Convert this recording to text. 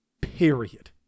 Period